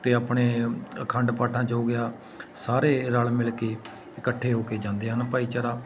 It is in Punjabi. ਅਤੇ ਆਪਣੇ ਅਖੰਡ ਪਾਠਾਂ 'ਚ ਹੋ ਗਿਆ ਸਾਰੇ ਰਲ ਮਿਲ ਕੇ ਇਕੱਠੇ ਹੋ ਕੇ ਜਾਂਦੇ ਹਨ ਭਾਈਚਾਰਾ